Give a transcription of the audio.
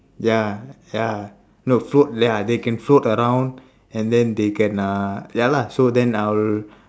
ya ya no float ya they can float around and then they can uh ya lah so then I will